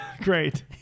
Great